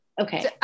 Okay